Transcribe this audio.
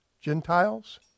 Gentiles